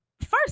First